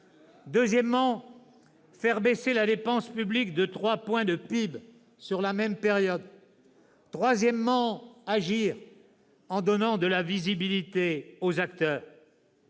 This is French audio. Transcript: deuxièmement, faire baisser la dépense publique de trois points de PIB sur la même période ; troisièmement, agir en donnant de la visibilité aux acteurs.